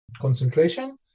concentration